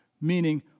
meaning